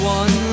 one